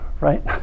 right